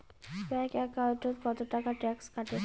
Bank একাউন্টত কতো টাকা ট্যাক্স কাটে?